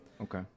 okay